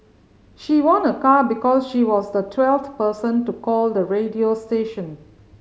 she won a car because she was the twelfth person to call the radio station